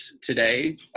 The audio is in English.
today